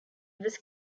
was